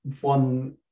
one